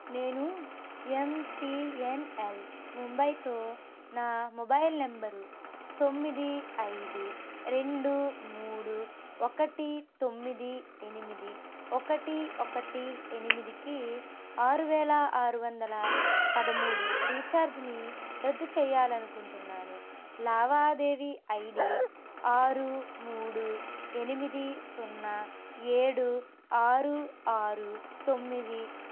నేను ఎంటీఎన్ఎల్ ముంబైతో నా మొబైల్ నంబరు తొమ్మిది ఐదు రెండు మూడు ఒకటి తొమ్మిది ఎనిమిది ఒకటి ఒకటి ఎనిమిదికి ఆరు వేల ఆరు వందల పదమూడు రీఛార్జ్ని రద్దు చెయ్యాలనుకుంటున్నాను లావాదేవీ ఐడీ ఆరు మూడు ఎనిమిది సున్నా ఏడు ఆరు ఆరు తొమ్మిది